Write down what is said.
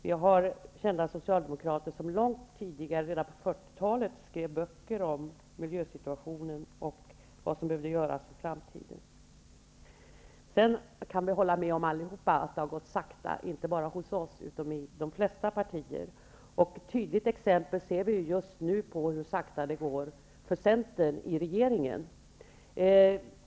Det fanns kända socialdemokrater som långt tidigare -- redan på 40 talet -- skrev böcker om miljösituationen och vad som behövde göras i framtiden. Sedan kan vi alla hålla med om att det har gått långsamt, inte bara hos oss utan i de flesta partier. Ett tydligt exempel på hur långsamt det går ser vi just nu i centerns arbete i regeringen.